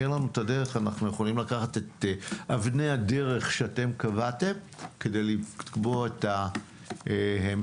אנחנו יכולים לקחת את אבני הדרך שאתם קבעתם כדי לקבוע את ההמשך.